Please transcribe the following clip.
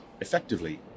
effectively